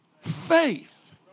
faith